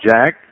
Jack